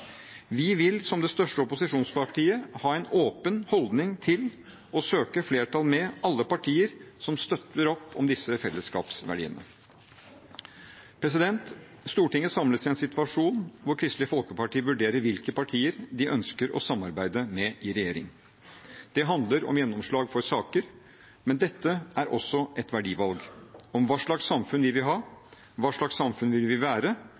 Vi vil, som det største opposisjonspartiet, ha en åpen holdning til og søke flertall med alle partier som støtter opp om disse fellesskapsverdiene. Stortinget samles i en situasjon hvor Kristelig Folkeparti vurderer hvilke partier de ønsker å samarbeide med i regjering. Det handler om gjennomslag for saker, men dette er også et verdivalg om hva slags samfunn vi vil ha, hva slags samfunn vi vil være,